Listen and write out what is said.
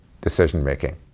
decision-making